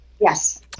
Yes